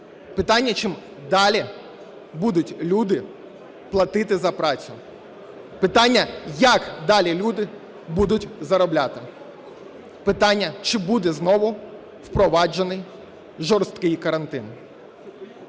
Питання: чим далі будуть люди платити за працю? Питання: як далі люди будуть заробляти? Питання: чи буде знову впроваджений жорсткий карантин?